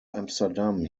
amsterdam